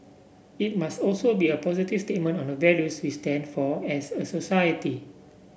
it must also be a positive statement on the values we stand for as a society